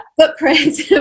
footprints